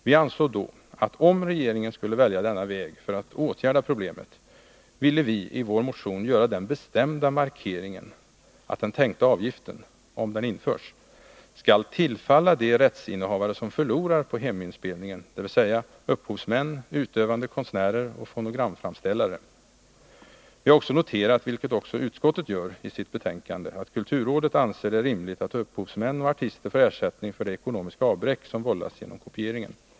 Vi ansåg då, att om regeringen skulle välja denna väg för att åtgärda problemet, ville vi i vår motion göra den bestämda markeringen att den tänkta avgiften — om den införs — skall tillfalla de rättsinnehavare som förlorar på heminspelningen, dvs. upphovsmän, utövande konstnärer och fonogramframställare. Vi har också noterat, vilket också utskottet gör i sitt betänkande, att kulturrådet anser det rimligt att upphovsmän och artister får ersättning för det ekonomiska avbräck de vållas genom kopieringen.